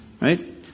Right